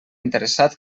interessat